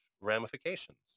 ramifications